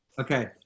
Okay